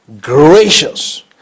gracious